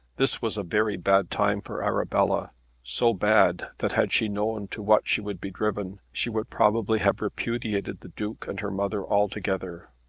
this was a very bad time for arabella so bad, that had she known to what she would be driven, she would probably have repudiated the duke and her mother altogether.